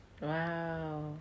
Wow